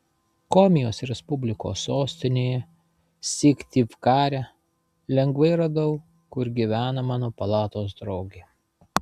komijos respublikos sostinėje syktyvkare lengvai radau kur gyvena mano palatos draugė